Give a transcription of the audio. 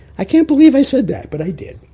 i can't believe i said that! but i did.